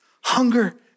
hunger